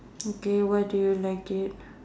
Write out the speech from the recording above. okay why do you like it